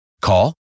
Call